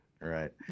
right